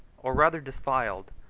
or rather defiled,